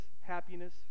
happiness